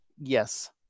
Yes